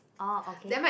oh okay